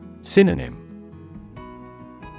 Synonym